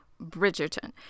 bridgerton